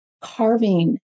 carving